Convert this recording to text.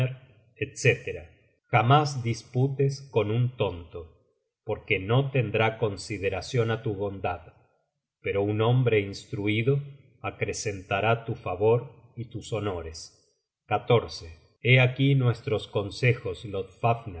etc jamás disputes con un tonto porque no tendrá consideracion á tu bondad pero un hombre instruido acrecentará tu favor y tus honores hé aquí nuestros consejos